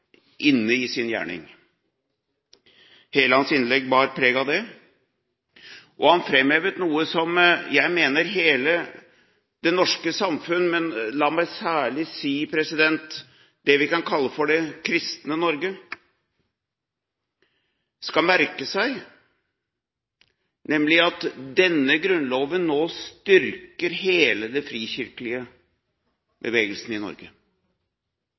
inne i sin gjerning. Hele hans innlegg bar preg av det. Og han framhevet noe som jeg mener hele det norske samfunn – men la meg særlig si det vi kan kalle for det kristne Norge – skal merke seg, nemlig at denne grunnloven nå styrker hele den frikirkelige bevegelsen i Norge.